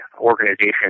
organization